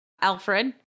Alfred